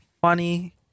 funny